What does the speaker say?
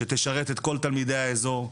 שתשרת את כל תלמידי האזור.